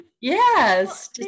Yes